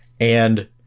and-